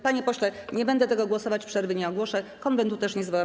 Panie pośle, nie będę nad tym głosować, przerwy nie ogłoszę, konwentu też nie zwołam.